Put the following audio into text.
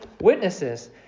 witnesses